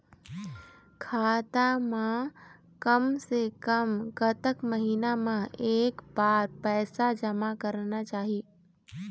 खाता मा कम से कम कतक महीना मा एक बार पैसा जमा करना चाही?